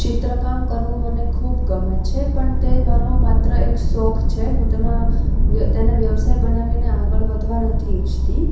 ચિત્રકામ કરવું મને ખૂબ ગમે છે પણ તે મારો માત્ર એક શોખ છે હું તેમાં તેને વ્યવસાય બનાવીને આગળ વધવા નથી ઇચ્છતી